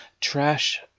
Trash